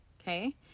okay